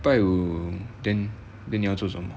拜五 then then 你要做什么